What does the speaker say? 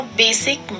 basic